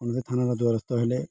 ଥାନାର ଦ୍ୱାରସ୍ତ ହେଲେ